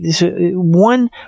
one